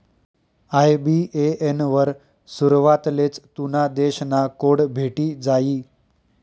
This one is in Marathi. आय.बी.ए.एन वर सुरवातलेच तुना देश ना कोड भेटी जायी